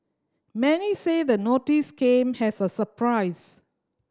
many say the notice came has a surprise